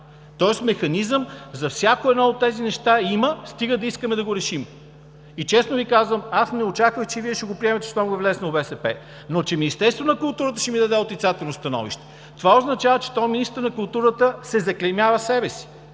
Тоест механизъм за всяко едно от тези неща има, стига да искаме да го решим. Честно Ви казвам! Аз не очаквах, че Вие ще го приемете, щом го е внесло БСП. Но, че Министерството на културата ще ми даде отрицателно становище, това означава, че този министър на културата заклеймява себе си.